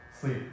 sleep